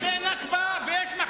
יש מכחישי "נכבה" ויש מכחישי שואה.